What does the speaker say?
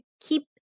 keep